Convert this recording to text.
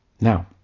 Now